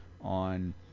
on